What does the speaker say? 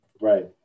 Right